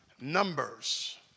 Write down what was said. Numbers